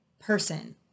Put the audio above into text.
person